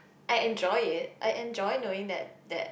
I enjoy it I enjoy knowing that that